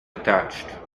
attached